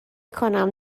کنم